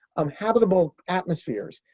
um habitable atmospheres,